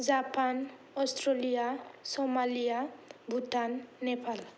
Japan Australia Somalia Bhutan Nepal